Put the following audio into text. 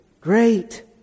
great